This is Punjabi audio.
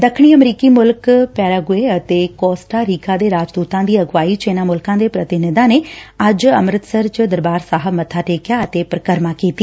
ਦੱਖਣੀ ਅਮਰੀਕੀ ਮੁਲਕ ਪੈਰਾਗੁਏ ਅਤੇ ਕੋਸਟਾਰੀਕਾ ਦੇ ਰਾਜਦੁਤਾਂ ਦੀ ਅਗਵਾਈ ਚ ਇਨ੍ਹਾਂ ਮੁਲਕਾਂ ਦੇ ਪ੍ਰਤੀਨਿਧਾਂ ਨੇ ਅੱਜ ਅੰਮ੍ਰਿਤਸਰ ਚ ਦਰਬਾਰ ਸਾਹਿਬ ਮੱਥਾ ਟੇਕਿਆ ਅਤੇ ਪਰਿਕਰਮਾ ਕੀਤੀ